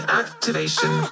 activation